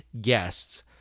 guests